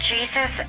Jesus